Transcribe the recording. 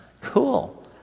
cool